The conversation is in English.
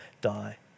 die